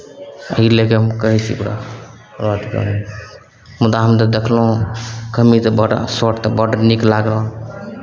एही लऽ कऽ हम कहै छी ओकरा रद्द करै लए मुदा हम तऽ देखलहुँ कमीज तऽ बड्ड शर्ट तऽ बड्ड नीक लागल